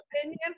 opinion